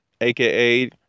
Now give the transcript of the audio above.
aka